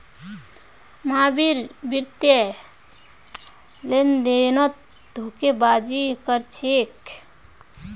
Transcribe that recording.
महावीर वित्तीय लेनदेनत धोखेबाजी कर छेक